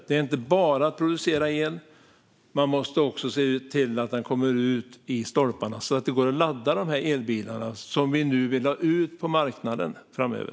Det är inte bara att producera el; man måste också se till att den kommer ut i stolparna så att det går att ladda de här elbilarna som vi nu vill ha ut på marknaden framöver.